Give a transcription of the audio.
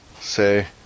say